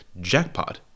jackpot